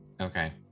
Okay